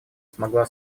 смогла